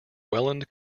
welland